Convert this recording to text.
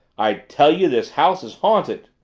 i tell you this house is haunted!